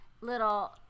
little